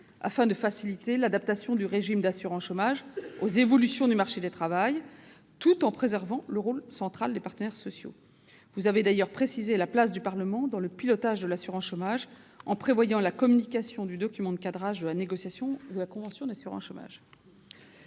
afin de faciliter l'adaptation du régime d'assurance chômage aux évolutions du marché du travail, tout en préservant le rôle central des partenaires sociaux. Vous avez d'ailleurs précisé la place du Parlement dans le pilotage de l'assurance chômage, en prévoyant la communication du document de cadrage de la négociation de la convention d'assurance chômage.